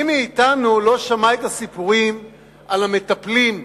מי מאתנו לא שמע את הסיפורים על המטפלים,